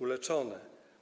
nieuleczone.